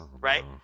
Right